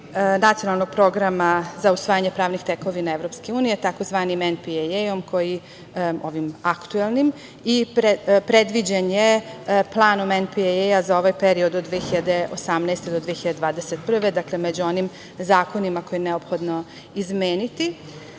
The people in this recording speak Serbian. Nacionalnog programa za usvajanje pravnih tekovina EU, tzv. NPAA-om, ovim aktuelnim, i predviđen je, planom NPAA, za ovaj period od 2018. do 2021. godine, dakle, među onim zakonima koji je neophodno izmeniti. Ovim